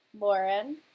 Lauren